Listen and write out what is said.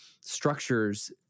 structures